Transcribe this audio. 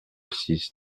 six